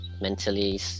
mentally